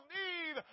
need